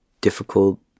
difficult